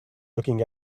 looking